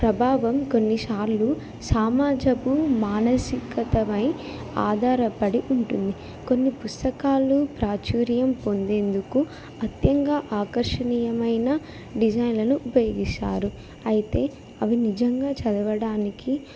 ప్రభావం కొన్నిసార్లు సమాజపు మానసికతపై ఆధారపడి ఉంటుంది కొన్ని పుస్తకాలు ప్రాచుర్యం పొందేందుకు అత్యంగా ఆకర్షణీయమైన డిజైన్లను ఉపయోగిస్తారు అయితే అవి నిజంగా చదవడానికి